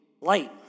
Light